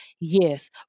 Yes